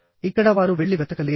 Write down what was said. ఇక్కడ వారు వెళ్లి వెతకలేరు